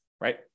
right